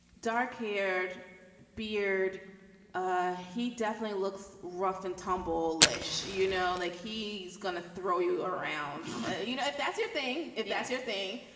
dark haired beard ah he definitely looks rough and tumble ish. you know like he's going to throw you around you know if that's your thing if that's your thing.